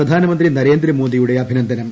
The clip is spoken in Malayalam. പ്രധാനമന്ത്രി നരേന്ദ്രമോദിയുള്ട് അഭിനന്ദനം